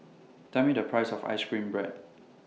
Tell Me The Price of Ice Cream Bread